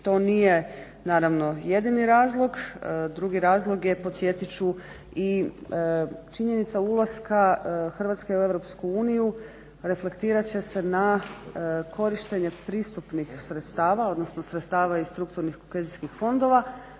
To nije naravno jedini razlog. Drugi razlog je podsjetit ću i činjenica ulaska Hrvatske u EU reflektirat će se na korištenje pristupnih sredstava odnosno sredstava iz strukturnih kohezijskih fondova